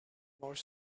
more